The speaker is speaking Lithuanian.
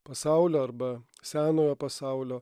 pasaulio arba senojo pasaulio